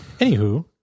Anywho